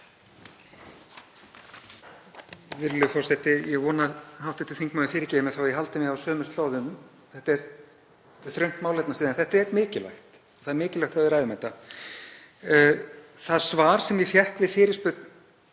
en það er mikilvægt. Það er mikilvægt að við ræðum þetta. Það svar sem ég fékk við fyrirspurn